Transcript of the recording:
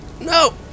No